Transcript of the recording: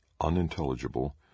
unintelligible